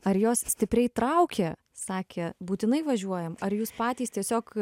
ar jos stipriai traukė sakė būtinai važiuojam ar jūs patys tiesiog